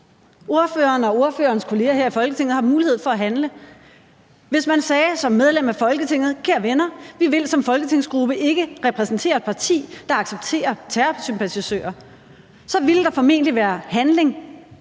Ordføreren og ordførerens kolleger her i Folketinget har mulighed for at handle. Man kunne som medlem af Folketinget sige: Kære venner, vi vil som folketingsgruppe ikke repræsentere et parti, der accepterer terrorsympatisører. Så ville der formentlig blive handlet